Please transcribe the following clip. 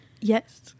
Yes